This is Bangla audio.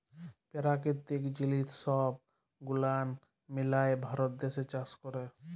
পেরাকিতিক জিলিস সহব গুলান মিলায় ভারত দ্যাশে চাষ ক্যরে